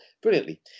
Brilliantly